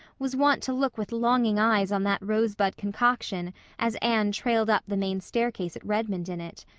was wont to look with longing eyes on that rosebud concoction as anne trailed up the main staircase at redmond in it.